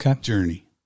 journey